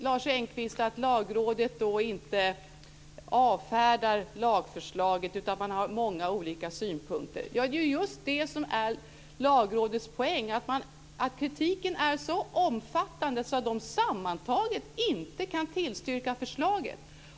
Lars Engqvist säger att Lagrådet inte avfärdar lagförslaget, men att man har många olika synpunkter. Det är just det som är Lagrådets poäng. Kritiken är så omfattande att man sammantaget inte kan tillstyrka förslaget.